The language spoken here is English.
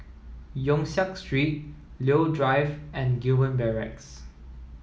Yong Siak Street Leo Drive and Gillman Barracks